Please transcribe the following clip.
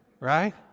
Right